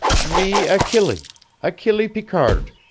me achille achille picard.